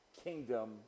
kingdom